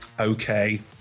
Okay